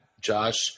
Josh